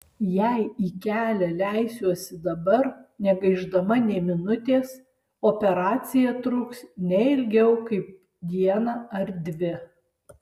jei į kelią leisiuosi dabar negaišdama nė minutės operacija truks ne ilgiau kaip dieną ar dvi